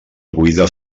buida